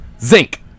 Zinc